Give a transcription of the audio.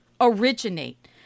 originate